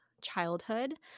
childhood